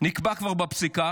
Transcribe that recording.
נקבע כבר בפסיקה,